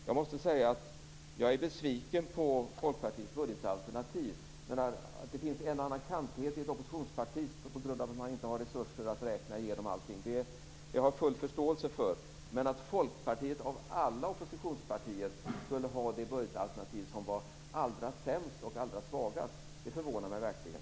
Jag måste säga att jag är besviken på Folkpartiets budgetalternativ. Att det finns en och annan kantighet i ett oppositionsparti på grund av att man inte har resurser att räkna igenom allting har jag full förståelse för. Men att Folkpartiet av alla oppositionspartier skulle ha det budgetalternativ som var allra sämst och allra svagast, det förvånar mig verkligen.